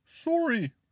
sorry